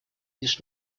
лишь